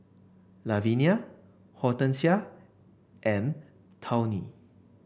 Lavinia Hortensia and Tawny